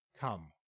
Come